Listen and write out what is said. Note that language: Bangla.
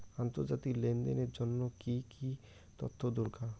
আন্তর্জাতিক লেনদেনের জন্য কি কি তথ্য দরকার?